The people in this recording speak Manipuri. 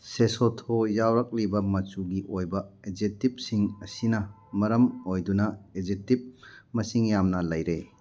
ꯁꯦꯁꯣꯊꯣ ꯌꯥꯎꯔꯛꯂꯤꯕ ꯃꯆꯨꯒꯤ ꯑꯣꯏꯕ ꯑꯗꯖꯦꯛꯇꯤꯞꯁꯤꯡ ꯑꯁꯤꯅ ꯃꯔꯝ ꯑꯣꯏꯗꯨꯅ ꯑꯦꯗꯖꯦꯛꯇꯤꯞ ꯃꯁꯤꯡ ꯌꯥꯝꯅ ꯂꯩꯔꯦ